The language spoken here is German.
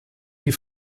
die